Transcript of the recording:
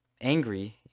angry